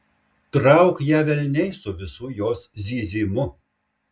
trauk ją velniai su visu jos zyzimu